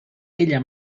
ella